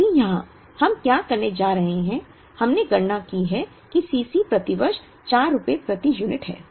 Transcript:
अभी यहाँ हम क्या करने जा रहे हैं हमने गणना की है कि C c प्रति वर्ष 4 रुपये प्रति यूनिट है